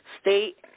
State